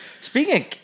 Speaking